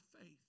faith